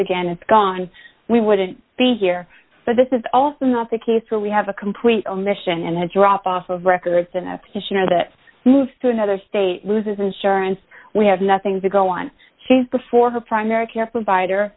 again it's gone we wouldn't be here this is also not the case where we have a complete omission and has dropped off of records and i should know that moved to another state loses insurance we have nothing to go on she's before her primary care provider